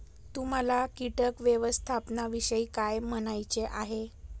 तुम्हाला किटक व्यवस्थापनाविषयी काय म्हणायचे आहे?